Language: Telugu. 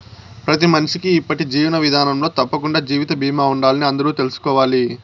ప్రతి మనిషికీ ఇప్పటి జీవన విదానంలో తప్పకండా జీవిత బీమా ఉండాలని అందరూ తెల్సుకోవాలి